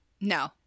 No